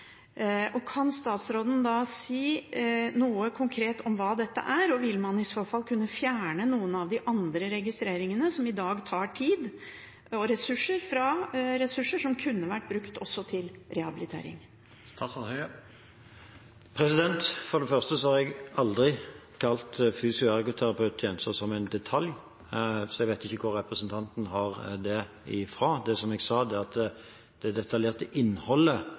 Kan statsråden si noe konkret om hva dette er, og vil man i så fall kunne fjerne noen av de andre registreringene som i dag tar tid og ressurser, som kunne vært brukt til rehabilitering? For det første har jeg aldri kalt fysioterapi- og ergoterapitjenester «en detalj». Så jeg vet ikke hvor representanten har det fra. Det som jeg sa, var at det detaljerte innholdet